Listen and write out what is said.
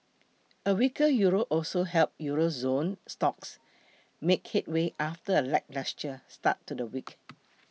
a weaker Euro also helped Euro zone stocks make headway after a lacklustre start to the week